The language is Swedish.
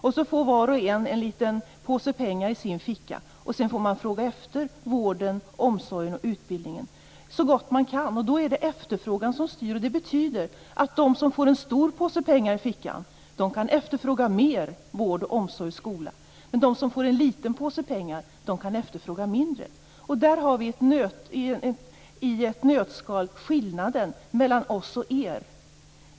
Sedan får var och en en liten påse pengar i sin ficka, och så får man fråga efter vård, omsorg och utbildning så gott man kan. Då är det efterfrågan som styr. Det betyder att de som får en stor påse pengar i fickan kan efterfråga mer vård, omsorg och skola, men de som får en liten påse pengar kan efterfråga mindre. Där har vi i ett nötskal skillnaden mellan oss och er.